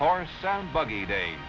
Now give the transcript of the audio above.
horse and buggy day